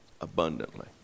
abundantly